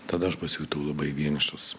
tada aš pasijutau labai vienišas